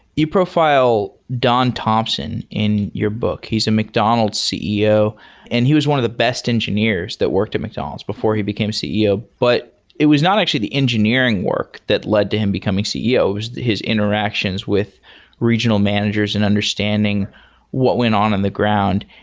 you profile don thompson in your book. he's a mcdonald's ceo and he was one of the best engineers that worked at mcdonald's before he became ceo. but it was not actually the engineering work that led to him becoming ceo, it was his interactions with regional managers and understanding what went on and the ground.